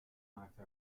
maakten